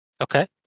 Okay